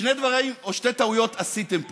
שני דברים או שתי טעויות עשיתם פה: